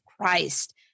Christ